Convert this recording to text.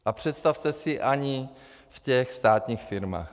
A představte si, ani v těch státních firmách.